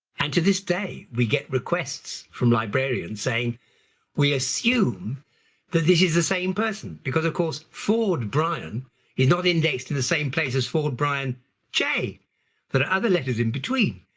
and to this day we get requests from librarians saying we assume that this is the same person because of course ford brian is not indexed in the same place as ford brian j but ah other letters in between.